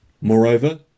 Moreover